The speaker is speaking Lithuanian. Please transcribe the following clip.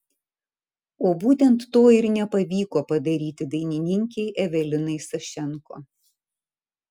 o būtent to ir nepavyko padaryti dainininkei evelinai sašenko